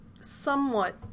somewhat